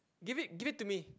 give it give it to me